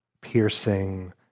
piercing